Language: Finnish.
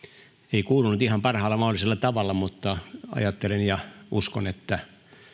ei kuulunut ihan parhaalla mahdollisella tavalla mutta ajattelen ja uskon että